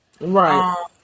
right